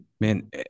man